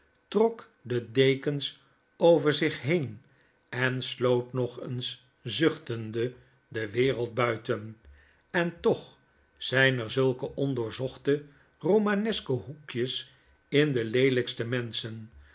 trok de dekens over zich heen en sloot nog eens zuchtende de wereld buiten en toch zyn er zulke ondoorzochte romaneske hoekjes in de leelykste menschen